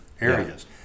areas